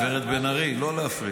גב' בן ארי, לא להפריע.